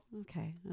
Okay